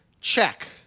Check